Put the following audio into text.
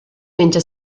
menja